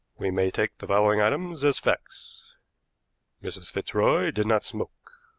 we may take the following items as facts mrs. fitzroy did not smoke.